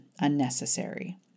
unnecessary